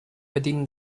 within